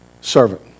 servant